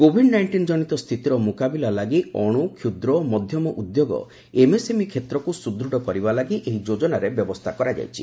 Covid nineteen ଜନିତ ସ୍ଥିତିର ମୁକାବିଲା ଲାଗି ଅଣୁ କ୍ଷୁଦ୍ର ଓ ମଧ୍ୟମ ଉଦ୍ୟୋଗ ଏମ୍ଏସ୍ଏମ୍ଇ କ୍ଷେତ୍ରକୁ ସୁଦୃଢ଼ କରିବା ଲାଗି ଏହି ଯୋଜନାରେ ବ୍ୟବସ୍ଥା କରାଯାଇଛି